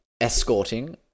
escorting